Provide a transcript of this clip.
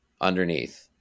underneath